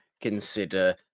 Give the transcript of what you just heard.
consider